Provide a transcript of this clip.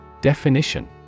Definition